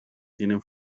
tienen